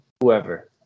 whoever